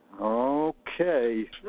Okay